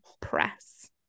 press